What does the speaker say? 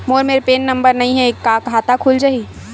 मोर मेर PAN number नई हे का खाता खुल जाही?